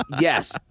Yes